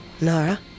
Nara